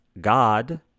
God